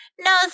No